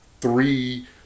three